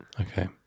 okay